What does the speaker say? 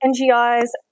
NGI's